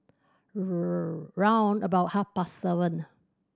round about half past seven